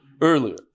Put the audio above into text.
earlier